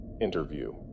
Interview